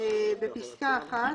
(2)בפסקה (1),